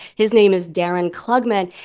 his name is darren klugman.